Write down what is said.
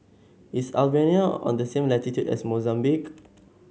is Albania on the same latitude as Mozambique